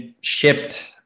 shipped